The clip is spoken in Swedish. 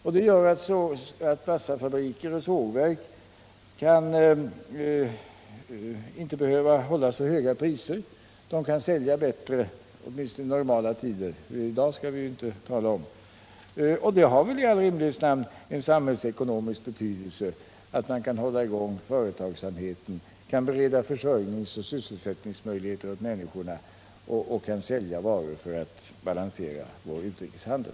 Detta gör att massafabriker och sågverk inte behöver hålla så höga priser. De kan sälja bättre, åtminstone under normala tider — dagens läge skall vi ju inte tala om. Det har väl i all rimlighets namn en samhällsekonomisk betydelse att man kan hålla i gång företagsamheten, bereda försörjningsoch sysselsättningsmöjligheter åt människorna och sälja varor för att balansera vår utrikeshandel.